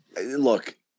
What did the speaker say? look